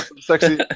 sexy